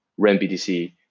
RENBTC